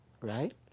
right